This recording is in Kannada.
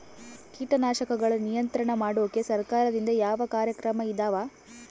ಕೇಟನಾಶಕಗಳ ನಿಯಂತ್ರಣ ಮಾಡೋಕೆ ಸರಕಾರದಿಂದ ಯಾವ ಕಾರ್ಯಕ್ರಮ ಇದಾವ?